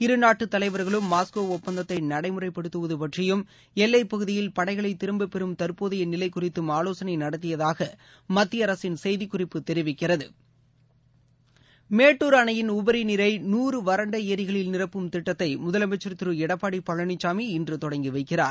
இரு நாட்டு தலைவர்களும் மாஸ்கோ ஒப்பந்ததை நடைமுறைப்படுத்துவது பற்றியும் எல்லை பகுதியில் படைகளை திரும்ப பெறும் தற்போதைய நிலை குறித்தும் ஆவோசனை நடத்தியதாக மத்திய அரசியின் செய்தி குறிப்பு தெரிவிக்கிறது மேட்டுர் அணையின் உபரி நீரை நூறு வறண்ட ஏரிகளில் நிரப்பும் திட்டத்தை முதலமைச்ச் திரு எடப்பாடி பழனிசாமி இன்று தொடங்கி வைக்கிறார்